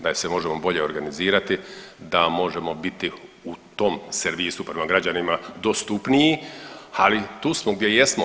Da se možemo bolje organizirati, da možemo biti u tom servisu prema građanima dostupniji, ali tu smo gdje jesmo.